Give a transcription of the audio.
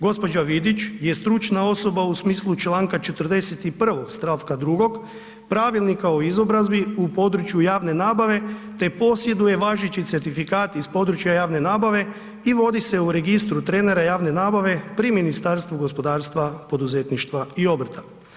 Gđa. Vidić je stručna osoba u smislu članka 41. stavka 2. Pravilnika o izobrazbi i području javne nabave te posjeduje važeći certifikat iz područja javne nabave i vodi se u registru trenera javne nabave pri Ministarstvu gospodarstva, poduzetništva i obrta.